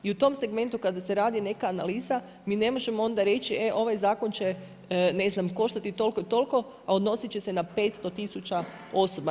I u tom segmentu kada se radi neka analiza mi ne možemo onda reć e ovaj zakon će ne znam koštati toliko i toliko, a odnosit će se na 500 tisuća osoba.